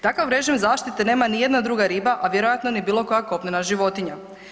Takav režim zaštite nema ni jedna druga riba, a vjerojatno ni bilo koja kopnena životinja.